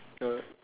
ya